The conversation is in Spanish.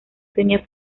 tenía